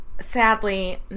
Sadly